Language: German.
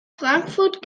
frankfurt